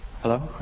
Hello